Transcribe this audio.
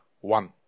one